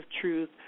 truth